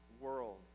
world